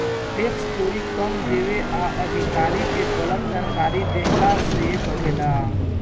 tax चोरी कम देवे आ अधिकारी के गलत जानकारी देहला से बढ़ेला